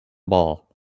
ball